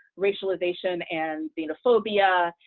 racialization and xenophobia,